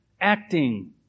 acting